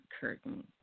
curtain